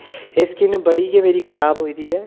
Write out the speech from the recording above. एह् स्किन बड़ी गै मेरी खराब होई दी ऐ